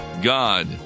God